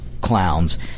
clowns